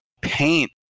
paint